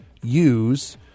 use